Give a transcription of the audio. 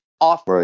off